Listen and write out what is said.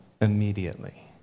immediately